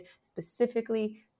specifically